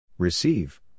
Receive